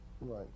Right